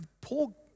Paul